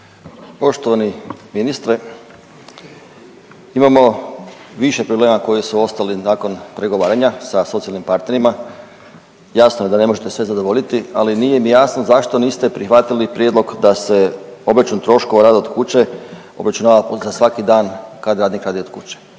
Poštovani ministre. Imamo više problema koji su ostali nakon pregovaranja sa socijalnim partnerima, jasno je da ne možete sve zadovoljiti, ali nije mi jasno zašto niste prihvatili prijedlog da se obračun troškova rada od kuće obračunava za svaki dan kad radnik radi od kuće.